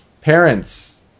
Parents